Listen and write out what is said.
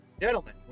gentlemen